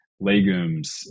legumes